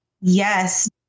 Yes